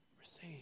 Receive